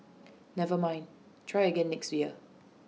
never mind try again next year